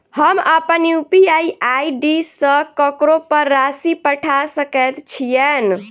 हम अप्पन UPI ID सँ ककरो पर राशि पठा सकैत छीयैन?